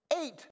eight